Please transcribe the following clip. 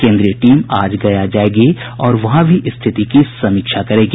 केन्द्रीय टीम आज गया जायेगी और वहां भी स्थिति की समीक्षा करेगी